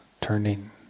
turning